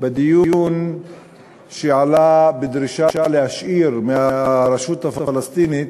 בדיון שעלה בדרישה להשאיר מהרשות הפלסטינית,